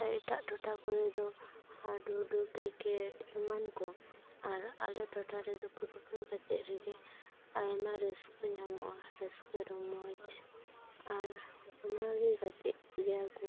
ᱟᱨ ᱮᱴᱟᱜ ᱴᱚᱴᱷᱟ ᱠᱚᱨᱮᱫᱚ ᱦᱟᱰᱩᱰᱩ ᱠᱨᱤᱠᱮᱴ ᱮᱢᱟᱱ ᱠᱚ ᱟᱨ ᱟᱞᱮ ᱴᱚᱴᱷᱟ ᱨᱮᱫᱚ ᱯᱷᱩᱴᱵᱚᱞ ᱜᱟᱛᱮᱜ ᱨᱮᱜᱮ ᱟᱭᱢᱟ ᱨᱟᱹᱥᱠᱟᱹ ᱧᱟᱢᱚᱜᱼᱟ ᱨᱟᱹᱥᱠᱟᱹ ᱨᱚᱢᱚᱡᱽ ᱟᱨ ᱚᱱᱟᱜᱮ ᱜᱟᱛᱮᱜ ᱜᱮᱭᱟ ᱠᱚ